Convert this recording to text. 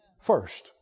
first